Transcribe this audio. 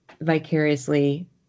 vicariously